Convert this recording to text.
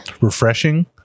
refreshing